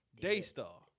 Daystar